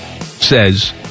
says